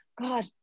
God